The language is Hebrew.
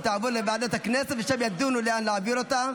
היא תעבור לוועדת הכנסת ושם ידונו לאן להעביר אותה.